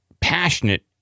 passionate